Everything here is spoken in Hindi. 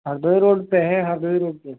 हरदोई रोड पर है हरदोई रोड पर